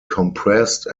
compressed